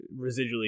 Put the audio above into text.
residually